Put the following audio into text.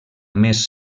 més